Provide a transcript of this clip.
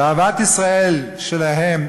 באהבת ישראל שלהם,